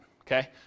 okay